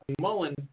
Mullen